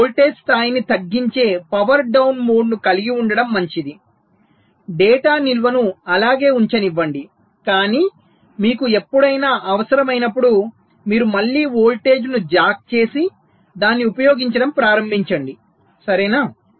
కాబట్టి మీరు వోల్టేజ్ స్థాయిని తగ్గించే పవర్ డౌన్ మోడ్ను కలిగి ఉండటం మంచిది డేటా నిల్వను అలాగే ఉంచనివ్వండి కానీ మీకు ఎప్పుడైనా అవసరమైనప్పుడు మీరు మళ్లీ వోల్టేజ్ను జాక్ చేసి దాన్ని ఉపయోగించడం ప్రారంభించండి సరేనా